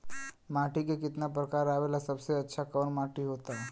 माटी के कितना प्रकार आवेला और सबसे अच्छा कवन माटी होता?